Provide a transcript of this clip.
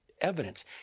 evidence